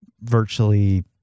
virtually